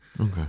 Okay